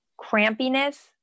crampiness